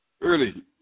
early